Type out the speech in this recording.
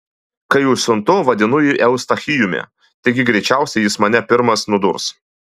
kai užsiuntu vadinu jį eustachijumi taigi greičiausiai jis mane pirmas nudurs